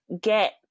get